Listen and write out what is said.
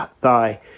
thigh